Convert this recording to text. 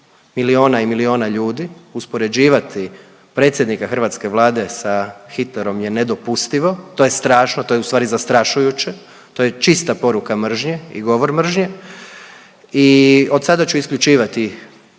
milijona i milijona ljudi. Uspoređivati predsjednika hrvatske Vlade sa Hitlerom je nedopustivo, to je strašno, to je u stvari zastrašujuće. To je čista poruka mržnje i govor mržnje. I od sada ću isključivati